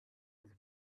with